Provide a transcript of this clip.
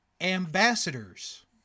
Ambassadors